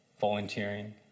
volunteering